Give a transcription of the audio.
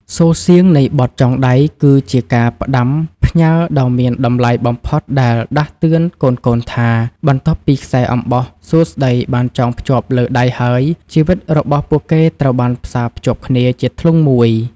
សូរសៀងនៃបទចងដៃគឺជាការផ្ដាំផ្ញើដ៏មានតម្លៃបំផុតដែលដាស់តឿនកូនៗថា បន្ទាប់ពីខ្សែអំបោះសួស្តីបានចងភ្ជាប់លើដៃហើយ ជីវិតរបស់ពួកគេត្រូវបានផ្សារភ្ជាប់គ្នាជាធ្លុងមួយ